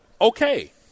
Okay